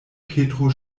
petro